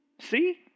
See